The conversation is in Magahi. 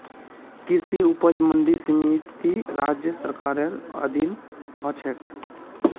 कृषि उपज मंडी समिति राज्य सरकारेर अधीन ह छेक